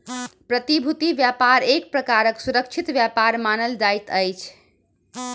प्रतिभूति व्यापार एक प्रकारक सुरक्षित व्यापार मानल जाइत अछि